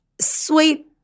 sweet